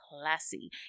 classy